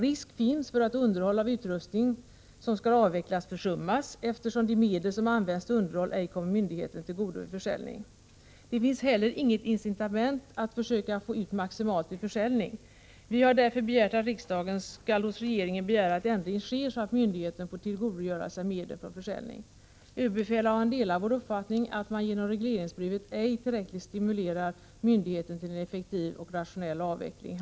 Risk finns för att underhåll av utrustning som skall avvecklas försummas, eftersom de medel som använts till underhåll ej kommer myndigheten till godo vid försäljning. Det finns heller inget incitament att försöka få ut maximalt vid försäljning. Vi har därför yrkat att riksdagen hos regeringen begär att ändring sker, så att myndigheten får tillgodogöra sig medlen från försäljning. Överbefälhavaren delar vår uppfattning, nämligen att man genom regleringsbrevet ej tillräckligt stimulerar myndigheten till en effektiv och rationell avveckling.